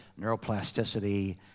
neuroplasticity